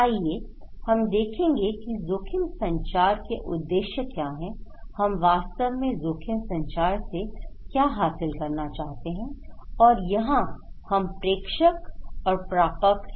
आइए हम देखें कि जोखिम संचार के उद्देश्य क्या हैं हम वास्तव में जोखिम संचार से क्या हासिल करना चाहते हैं और यहाँ हम प्रेषक और प्रापक है